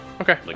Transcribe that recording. okay